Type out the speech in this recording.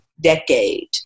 decade